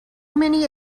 many